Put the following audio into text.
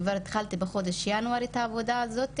כבר התחלתי בחודש ינואר את העבודה הזו.